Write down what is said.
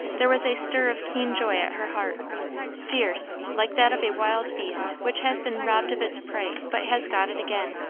there was a stir of keen joy at her heart fierce, like that of a wild beast which has been robbed of its prey but has got it again.